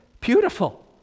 beautiful